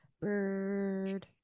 Bird